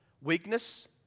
Weakness